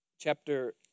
chapter